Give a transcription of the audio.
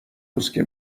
روزکه